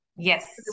Yes